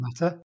matter